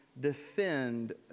defend